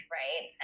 right